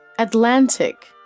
Atlantic